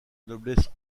noblesse